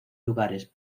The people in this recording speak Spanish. lugares